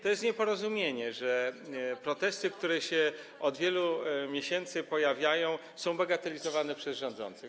To jest nieporozumienie, że protesty, które się od wielu miesięcy pojawiają, są bagatelizowane przez rządzących.